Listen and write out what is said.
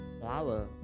flower